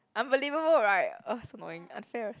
unbelievable right !ugh! so annoying unfair